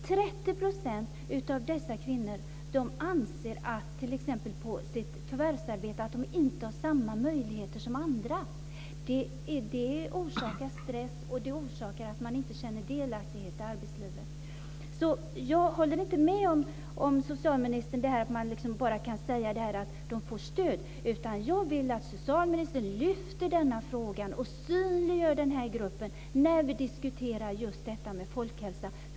30 % av dessa kvinnor anser t.ex. att de inte har samma möjligheter i sitt förvärvsarbete som andra. Det orsakar stress och gör att de inte känner delaktighet i arbetslivet. Jag tycker inte att man som socialministern bara kan säga att de får stöd. Jag vill att socialministern lyfter denna fråga och synliggör gruppen när vi diskuterar just folkhälsa.